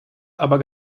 aber